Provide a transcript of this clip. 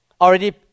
already